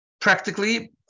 Practically